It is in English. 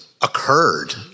occurred